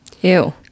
Ew